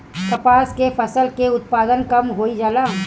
कपास के फसल के उत्पादन कम होइ जाला?